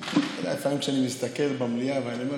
לפעמים כשאני מסתכל במליאה ואני אומר,